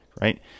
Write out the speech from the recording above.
right